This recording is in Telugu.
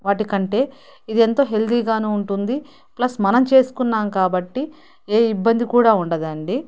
వాటి కంటే ఇది ఎంతో హెల్తీ గాను ఉంటుంది ప్లస్ మనం చేసుకున్నాం కాబట్టి ఏ ఇబ్బంది కూడా ఉండదండి